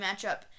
matchup